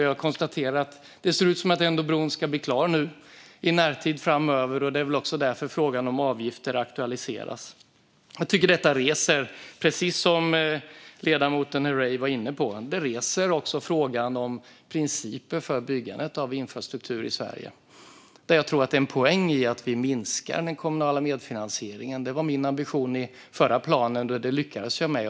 Jag konstaterar att det ändå ser ut som att bron nu ska bli klar i närtid, och det är väl också därför frågan om avgifter aktualiseras. Jag tycker att detta reser, precis som ledamoten Herrey var inne på, frågan om principer för byggande av infrastruktur i Sverige. Jag tror att det finns en poäng i att vi minskar den kommunala medfinansieringen. Det var min ambition i förra planen, och det lyckades jag med.